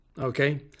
okay